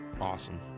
awesome